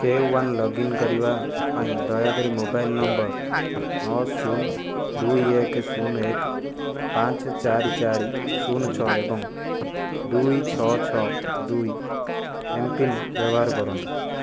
କୋୱିନରେ login କରିବା ପାଇଁ ଦୟାକରି ମୋବାଇଲ୍ ନମ୍ବର୍ ନଅ ଶୂନ ଦୁଇ ଏକ ଶୂନ ଏକ ପାଞ୍ଚ ଚାରି ଚାରି ଶୂନ ଛଅ ଏବଂ ଦୁଇ ଛଅ ଛଅ ଦୁଇ ଏମ୍ପିନ୍ ବ୍ୟବହାର କରନ୍ତୁ